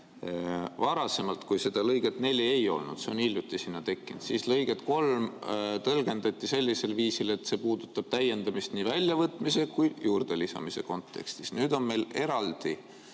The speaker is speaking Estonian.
Varasemalt, kui lõiget 4 ei olnud – see on hiljuti sinna tekkinud –, siis lõiget 3 tõlgendati sellisel viisil, et see puudutab täiendamist nii väljavõtmise kui juurdelisamise kontekstis. Nüüd on meil